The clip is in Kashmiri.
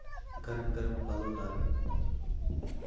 گرم گرم پَلو لاگٕنۍ